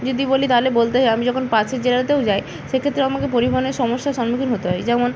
যদি বলি তাহলে বলতেই হয় আমি যখন পাশের জেলাতেও যাই সেক্ষেত্রে আমাকে পরিবহনের সমস্যার সম্মুখীন হতে হয় যেমন